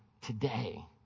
today